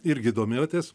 irgi domėjotės